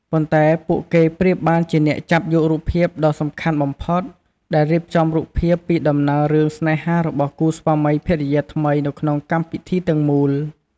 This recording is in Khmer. ប៉ុន្តែពួកគេប្រៀបបានជាអ្នកចាប់យករូបភាពដ៏សំខាន់បំផុត ដែលរៀបចំរូបភាពពីដំណើររឿងស្នេហារបស់គូស្វាមីភរិយាថ្មីនៅក្នុងពិធីទាំងមូល។